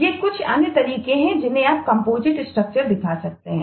ये कुछ अन्य तरीके हैं जिनसे आप कम्पोजिट स्ट्रक्चर दिखा सकते हैं